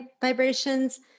vibrations